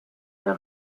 der